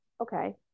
okay